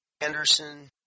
Anderson